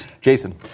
Jason